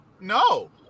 no